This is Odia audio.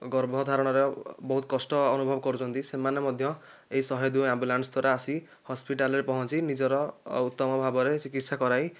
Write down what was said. ଗର୍ଭଧାରଣର ବହୁତ କଷ୍ଟ ଅନୁଭବ କରୁଛନ୍ତି ସେମାନେ ମଧ୍ୟ ଏଇ ଶହେ ଦୁଇ ଆମ୍ବୁଲାନ୍ସ ଦ୍ୱାରା ଆସି ହସ୍ପିଟାଲ୍ରେ ପହଁଞ୍ଚି ନିଜର ଉତ୍ତମ ଭାବରେ ଚିକିତ୍ସା କରାଇ